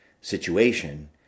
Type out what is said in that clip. situation